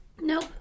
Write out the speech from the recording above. Nope